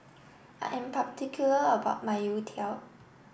I am particular about my Youtiao